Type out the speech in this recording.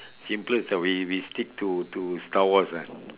simplest ah we we stick to to to star wars ah